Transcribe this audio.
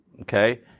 Okay